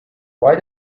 why